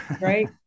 Right